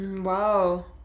wow